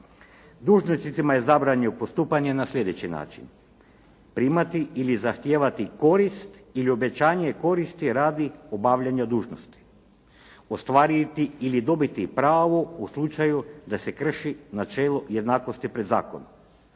„Dužnosnicima je zabranjeno postupanje na sljedeći način: primati ili zahtijevati korist ili obećanje koristi radi obavljanja dužnosti, ostvariti ili dobiti pravo u slučaju da se krši načelo jednakosti pred zakonom,